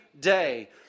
day